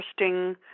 interesting